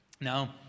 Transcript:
Now